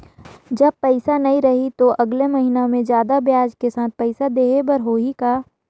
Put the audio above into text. जब पइसा नहीं रही तो अगले महीना मे जादा ब्याज के साथ पइसा देहे बर होहि का?